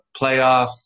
playoff